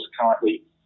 currently